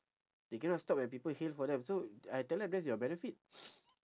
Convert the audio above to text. they cannot stop when people hail for them so I tell them that's your benefit